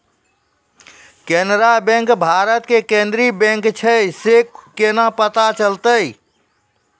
Canara bank भारत के केन्द्रीय बैंक छै से केना पता चलतै?